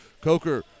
Coker